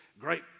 great